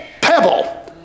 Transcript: pebble